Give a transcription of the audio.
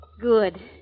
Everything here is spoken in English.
Good